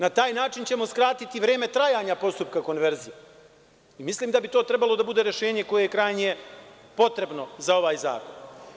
Na taj način ćemo skratiti vreme trajanja konverzije i mislim da bi to trebalo da bude rešenje koje je krajnje potrebno za ovaj zakon.